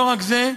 לא רק זה,